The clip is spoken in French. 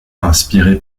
inspiré